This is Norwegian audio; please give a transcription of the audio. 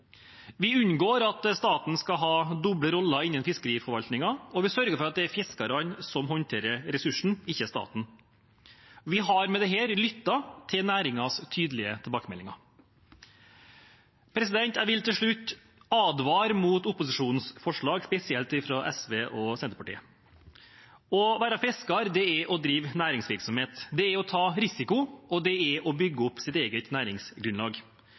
Vi unngår at staten skal ha doble roller innen fiskeriforvaltningen, og vi sørger for at det er fiskerne som håndterer ressursene, ikke staten. Vi har med det lyttet til næringens tydelige tilbakemeldinger. Jeg vil til slutt advare mot opposisjonens forslag, spesielt det fra SV og Senterpartiet. Å være fisker er å drive næringsvirksomhet, det er å ta risiko, og det er å bygge opp sitt eget næringsgrunnlag.